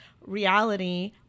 reality